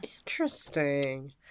Interesting